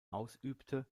ausübte